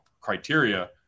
criteria